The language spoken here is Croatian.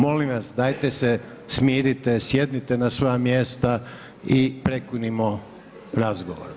Molim vas dajte se smirite, sjednite na svoja mjesta i prekinimo razgovor.